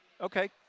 Okay